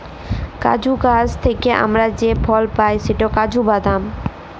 কাজু গাহাচ থ্যাইকে আমরা যে ফল পায় সেট কাজু বাদাম